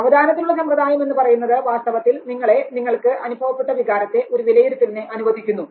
സാവധാനത്തിലുള്ള സമ്പ്രദായം എന്നു പറയുന്നത് വാസ്തവത്തിൽ നിങ്ങളെ നിങ്ങൾക്ക് അനുഭവപ്പെട്ട വികാരത്തെ ഒരു വിലയിരുത്തലിന് അനുവദിക്കുന്നു